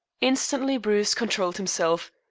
instantly bruce controlled himself.